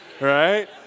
right